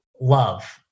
love